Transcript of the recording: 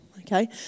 okay